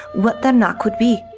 what their knack would be,